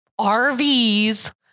RVs